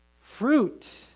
Fruit